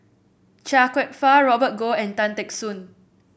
Chia Kwek Fah Robert Goh and Tan Teck Soon